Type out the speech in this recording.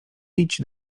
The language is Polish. idź